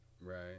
right